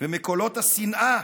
ומקולות השנאה